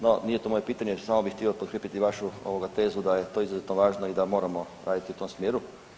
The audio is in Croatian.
No, nije to moje pitanje, samo bih htio potkrijepiti vašu, ovoga, tezu, da je to izuzetno važno i da moramo raditi u tom smjeru.